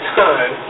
time